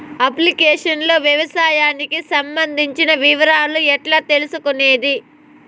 Application లో వ్యవసాయానికి సంబంధించిన వివరాలు ఎట్లా తెలుసుకొనేది?